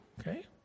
Okay